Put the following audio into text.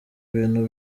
ibintu